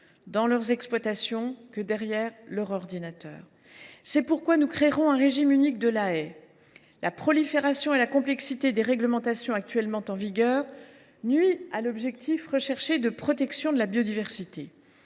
dans leur exploitation que devant leur ordinateur. C’est pourquoi nous créerons un régime unique de la haie. La prolifération et la complexité des réglementations en vigueur nuisent à l’objectif de protection de la biodiversité.